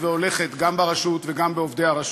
והולכת גם ברשות וגם בעובדי הרשות.